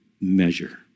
measure